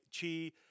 Chi